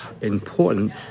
important